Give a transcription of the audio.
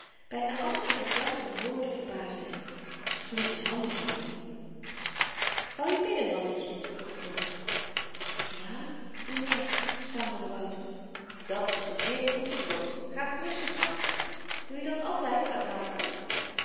byna alles wat i zag en hoorde verbaasde hem toen i z'n handen vouwde wou je bidden mannetje vroeg de dokter j a m'nheer stamelde wouter dat's n zeer goede gewoonte ga gerust je gang doe je dat altyd aan tafel